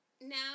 Now